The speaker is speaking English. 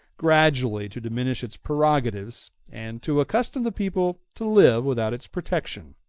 gradually to diminish its prerogatives, and to accustom the people to live without its protection.